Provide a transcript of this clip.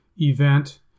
event